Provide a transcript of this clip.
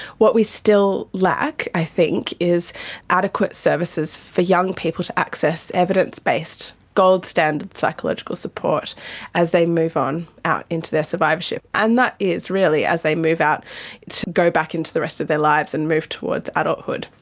what we still lack i think is adequate services for young people to access evidence-based gold standard psychological support as they move on out into their survivorship, and that is really as they move out to go back into the rest of their lives and move towards adulthood.